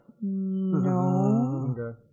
No